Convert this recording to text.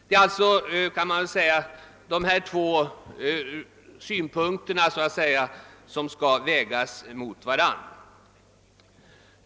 Man kan säga, att det är dessa båda synpunkter som skall vägas mot varandra.